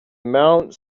mount